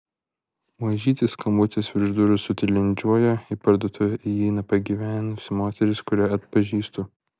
mažytis skambutis virš durų sutilindžiuoja į parduotuvę įeina pagyvenusi moteris kurią atpažįstu